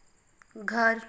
घर